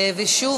ושוב,